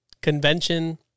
convention